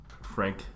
Frank